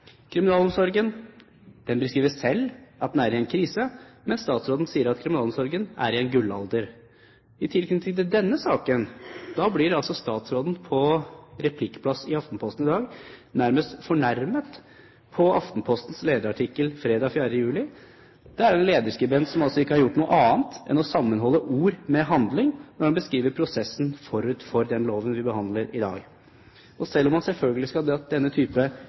Kriminalomsorgen beskriver selv at den er i en krise, mens statsråden sier at Kriminalomsorgen er i en gullalder. I tilknytning til denne saken blir statsråden på debattsiden i Aftenposten i dag nærmest fornærmet på Aftenpostens lederartikkel fredag 4. juni. Der er det en lederskribent som altså ikke har gjort noe annet enn å sammenholde ord med handling når han beskriver prosessen forut for den loven vi behandler i dag. Selv om man selvfølgelig skal ta denne type